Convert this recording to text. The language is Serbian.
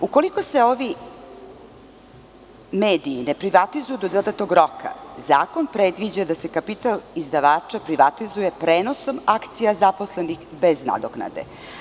Ukoliko se ovi mediji ne privatizuju do datog roka, zakon predviđa da se kapital izdavača privatizuje prenosom akcija zaposlenih bez nadoknade.